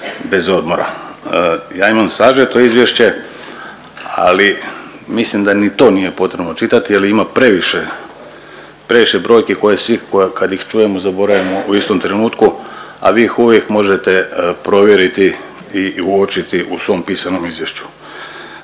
Ja imam sažeto izvješće, ali mislim da ni to nije potrebno čitati jer ima previše, previše brojki koje svi kad ih čujemo zaboravimo u istom trenutku, a vi ih uvijek možete provjeriti i uočiti u svom pisanom izvješću.